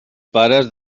pares